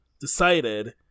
decided